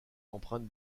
emprunte